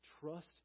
Trust